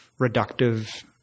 reductive